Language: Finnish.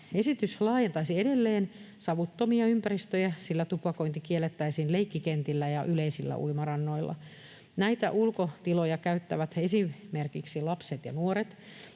Esitys laajentaisi edelleen savuttomia ympäristöjä, sillä tupakointi kiellettäisiin leikkikentillä ja yleisillä uimarannoilla. Näitä ulkotiloja käyttävät esimerkiksi lapset ja nuoret,